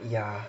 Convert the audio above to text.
ya